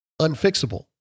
unfixable